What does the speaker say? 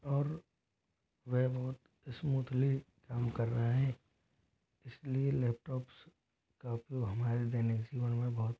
और वह बहुत स्मूथली काम कर रहा है इसलिए लैपटॉप्स का उपयोग हमारे दैनिक में बहुत